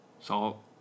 Salt